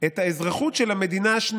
תמה ההצבעה.